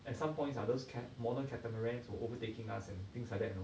at some points ah those cat modern catamarans were overtaking us and things like that you know